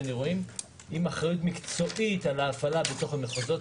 עם אחריות מקצועית על ההפעלה בתוך המחוזות.